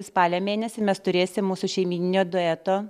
spalio mėnesį mes turėsim mūsų šeimyninio dueto